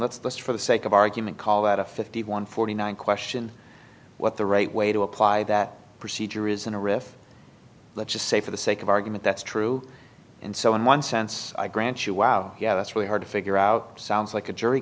let's just for the sake of argument call that a fifty one forty nine question what the right way to apply that procedure is in a riff let's just say for the sake of argument that's true in so in one sense i grant you wow yeah that's really hard to figure out sounds like a jury